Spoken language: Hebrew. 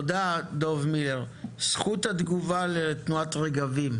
גם לא יהיה צורך לשדרג את הרשת בכל כך הרבה מיליוני שקלים.